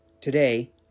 Today